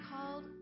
called